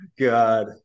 God